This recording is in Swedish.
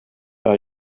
jag